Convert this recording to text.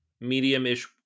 medium-ish